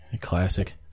Classic